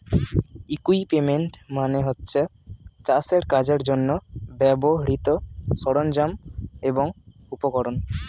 equipment মানে হচ্ছে চাষের কাজের জন্যে ব্যবহৃত সরঞ্জাম এবং উপকরণ